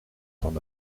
van